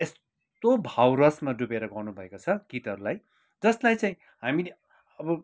यस्तो भाव रसमा डुबेर गाउनुभएको छ गीतहरूलाई जसलाई चाहिँ हामीले अब